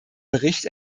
bericht